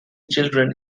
children